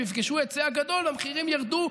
הם יפגשו היצע גדול והמחירים ירדו,